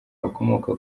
bakomoka